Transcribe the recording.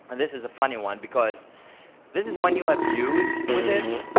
and this is a funny one because this is when you abuse with it,